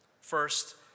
First